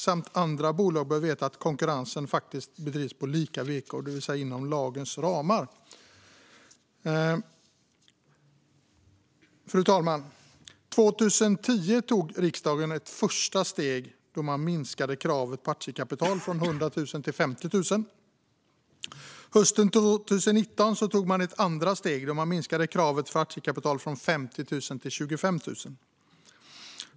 Och andra bolag bör veta att konkurrensen faktiskt bedrivs på lika villkor, det vill säga inom lagens ramar. Fru talman! År 2010 tog riksdagen ett första steg då man minskade kravet på aktiekapital i aktiebolag från 100 000 kronor till 50 000 kronor. Hösten 2019 tog man ett andra steg då man minskade kravet på aktiekapital från 50 000 kronor till 25 000 kronor.